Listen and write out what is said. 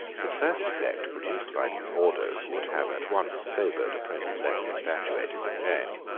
the first effect produced by these orders would have at once sobered a prince less infatuated than james.